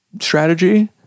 strategy